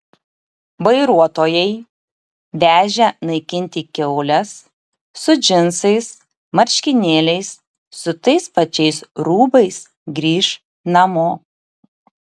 vairuotojai vežę naikinti kiaules su džinsais marškinėliais su tais pačiais rūbais grįš namo